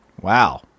Wow